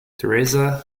teresa